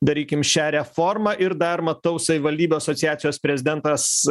darykim šią reformą ir dar matau savivaldybių asociacijos prezidentas